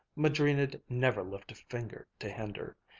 madrina'd never lift a finger to hinder.